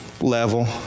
level